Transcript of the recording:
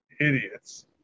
idiots